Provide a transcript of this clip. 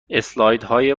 اسلایدهای